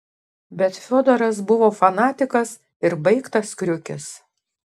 bet fiodoras buvo fanatikas ir baigtas kriukis